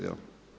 Jel'